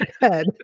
head